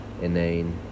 inane